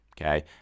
Okay